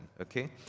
okay